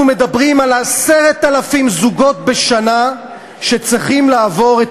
אנחנו מדברים על 10,000 זוגות בשנה שצריכים לעבור את